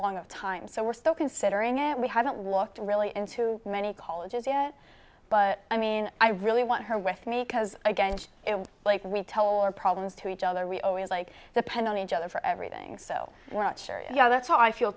long of time so we're still considering it we haven't walked really into many colleges yet but i mean i really want her with me because again just like we tell our problems to each other we always like the pen on each other for everything so we're not sure yeah that's how i feel